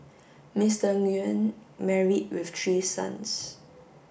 Mister Nguyen married with three sons